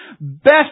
Best